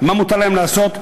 מה מותר להם לעשות?